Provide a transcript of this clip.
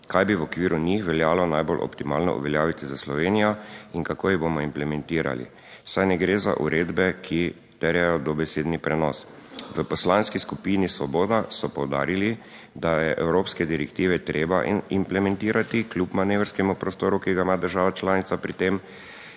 kaj bi v okviru njih veljalo najbolj optimalno uveljaviti za Slovenijo in kako jih bomo implementirali. Saj ne gre za uredbe, ki terjajo dobesedni prenos. V Poslanski skupini Svoboda, so poudarili, da je evropske direktive treba implementirati kljub manevrskemu prostoru, ki ga ima država članica pri tem.